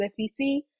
USB-C